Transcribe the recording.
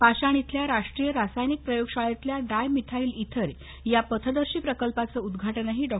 पाषाण इथल्या राष्ट्रीय रासायनिक प्रयोगशाळेतल्या डाय मिथाईल ईथर या पथदर्शी प्रकल्पाचं उदघाटनही डॉ